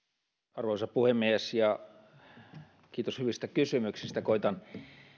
arvoisa puhemies kiitos hyvistä kysymyksistä koetan